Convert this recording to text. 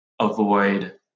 avoid